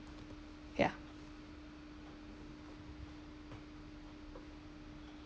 ya